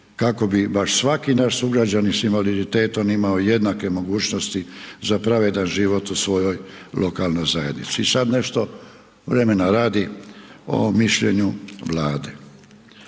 kako bi baš svaki naš sugrađanin s invaliditetom imao jednake mogućnosti za pravedan život u svojoj lokalnoj zajednici. I sad nešto vremena radi o mišljenju Vlade.